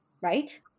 Right